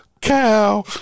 cow